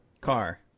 car